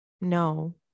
No